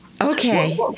Okay